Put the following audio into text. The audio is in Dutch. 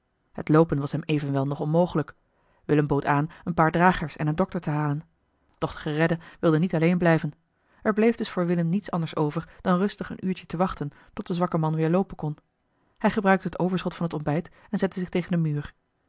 loopen was hem evenwel nog onmogelijk willem bood aan een paar dragers en een dokter te halen doch de geredde wilde niet alleen blijven er bleef dus voor willem niets anders over dan rustig een uurtje te wachten tot de zwakke man weer loopen kon hij gebruikte het overschot van het ontbijt en zette zich tegen den muur